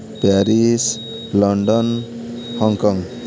Paris London Hong Kong